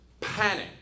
panic